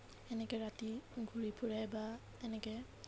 এনেকৈ ৰাতি ঘূৰি ফুৰে বা এনেকৈ